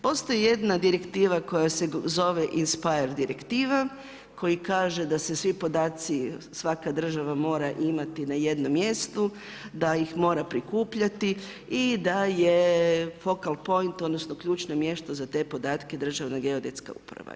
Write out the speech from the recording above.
Postoji jedna direktiva koja se zove ina … direktiva koji kaže da se svi podaci, svaka država mora imati na jednom mjestu, da ih mora prikupljati i da je … point odnosno ključno mjesto za te podatke Državna geodetska uprava.